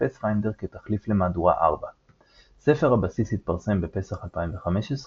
Pathfinder כתחליף למהדורה 4. ספר הבסיס התפרסם בפסח 2015,